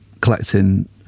collecting